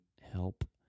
help